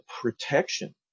protection